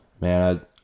man